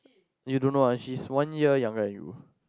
you don't know ah she is one year younger than you